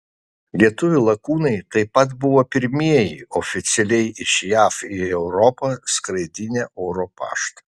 lietuvių lakūnai taip pat buvo pirmieji oficialiai iš jav į europą skraidinę oro paštą